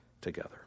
together